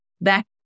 back